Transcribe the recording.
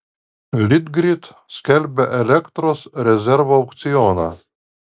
litgrid skelbia elektros rezervo aukcioną